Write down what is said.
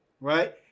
right